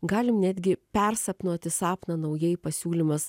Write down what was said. galim netgi persapnuoti sapną naujai pasiūlymas